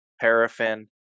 paraffin